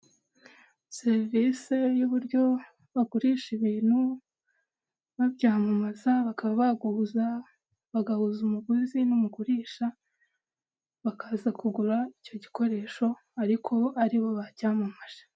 Serivisi y'uburyo bagurisha ibintu babyamamaza bakaba baguhuza bagahuza umuguzi n'umugurisha bakaza kugura icyo gikoresho ariko aribo bacyamamaje.